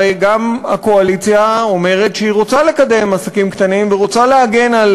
הרי גם הקואליציה אומרת שהיא רוצה לקדם עסקים קטנים ורוצה להגן על